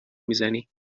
میزنی